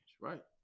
Right